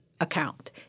account